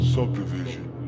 Subdivision